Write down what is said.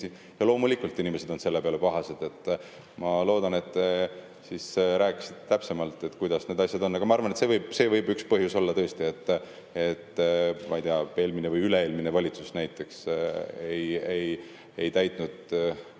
ja loomulikult inimesed on selle peale pahased. Ma loodan, et te rääkisite täpsemalt, kuidas need asjad on, aga ma arvan, et see võib üks põhjus olla tõesti, et eelmine või üle-eelmine valitsus näiteks ei täitnud